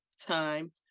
time